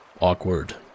awkward